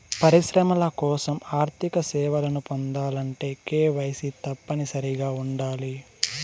పరిశ్రమల కోసం ఆర్థిక సేవలను పొందాలంటే కేవైసీ తప్పనిసరిగా ఉండాలి